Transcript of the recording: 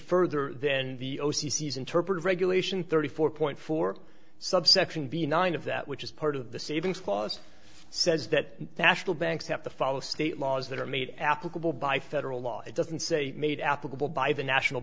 further than the o c c is interpreted regulation thirty four point four subsection v nine of that which is part of the savings clause says that the actual banks have to follow state laws that are made applicable by federal law it doesn't say made applicable by the national